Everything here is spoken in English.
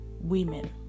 women